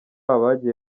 abagiye